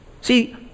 see